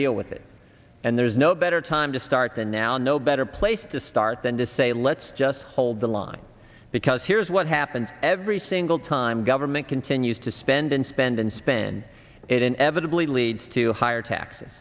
deal with it and there's no better time to start than now no better place to start than to say let's just hold the line because here's what happens every single time government continues to spend and spend and spend it inevitably leads to higher taxes